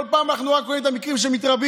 כל פעם אנחנו רק רואים את המקרים שמתרבים.